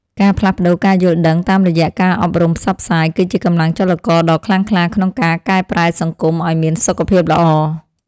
ការផ្លាស់ប្តូរការយល់ដឹងតាមរយៈការអប់រំផ្សព្វផ្សាយ គឺជាកម្លាំងចលករដ៏ខ្លាំងក្លាក្នុងការកែប្រែសង្គមឱ្យមានសុខភាពល្អ។